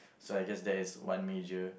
so I guess that is one major